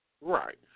Right